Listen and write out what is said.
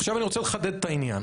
עכשיו, אני רוצה לחדד את העניין.